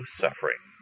suffering